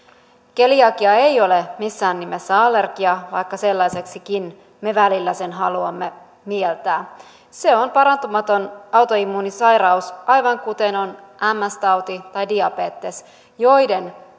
keliakia ei ole missään nimessä allergia vaikka sellaiseksikin me välillä sen haluamme mieltää se on parantumaton autoimmuunisairaus aivan kuten on ms tauti tai diabetes joiden